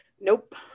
nope